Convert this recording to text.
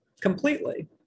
completely